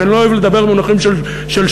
כי אני לא אוהב לדבר במונחים של שחור,